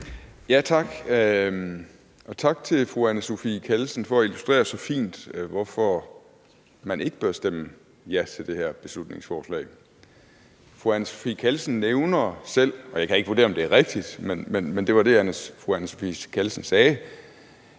Tak, og tak til fru Anne Sophie Callesen for at illustrere så fint, hvorfor man ikke bør stemme ja til det her beslutningsforslag. Fru Anne Sophie Callesen nævner selv – jeg kan ikke vurdere, om det er rigtigt, men det var det, fru Anne Sophie Callesen sagde